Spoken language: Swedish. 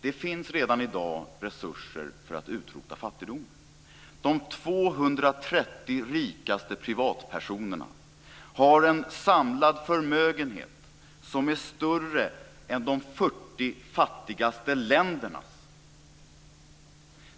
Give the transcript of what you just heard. Det finns redan i dag resurser för att utrota fattigdomen. De 230 rikaste privatpersonerna har en samlad förmögenhet som är större än de 40 fattigaste ländernas.